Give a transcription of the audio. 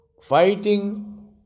fighting